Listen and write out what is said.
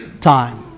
time